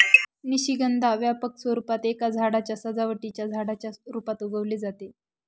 निशिगंधा व्यापक स्वरूपात एका सजावटीच्या झाडाच्या रूपात उगवले जाते